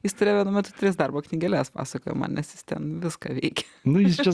jūs turėtumėte tris darbo knygeles pasakojo man mesti viską iki milžiniško